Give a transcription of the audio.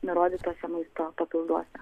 nurodytuose maisto papilduose